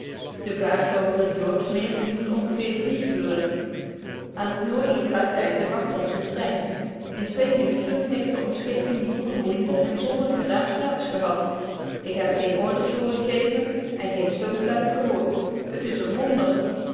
de vaart over het george meer duurt ongeveer drie uren aan het noordelijk uiteinde wacht ons een trein in twee minuten heeft de ontscheping zonder moeite en zonder geraas plaats gehad ik heb geen orders hooren geven en geen stoomfluit gehoord het is een wonder